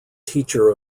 teacher